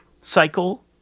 cycle